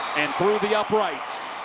and through the uprights.